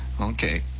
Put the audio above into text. Okay